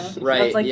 Right